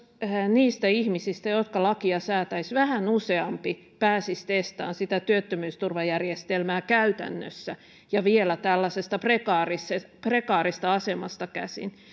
niistä ihmisistä jotka lakia säätävät vähän useampi pääsisi testaamaan työttömyysturvajärjestelmää käytännössä ja vielä tällaisesta prekaarista asemasta käsin